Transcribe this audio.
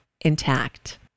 intact